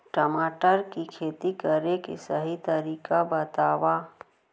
टमाटर की खेती करे के सही तरीका बतावा?